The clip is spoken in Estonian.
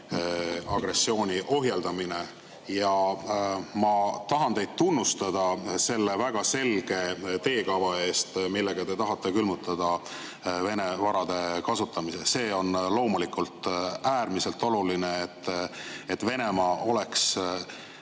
agressiooni ohjeldamine. Ja ma tahan teid tunnustada selle väga selge teekava eest, millega te tahate külmutada Vene varade kasutamise. See on loomulikult äärmiselt oluline, et Venemaa oleks